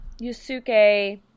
Yusuke